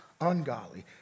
ungodly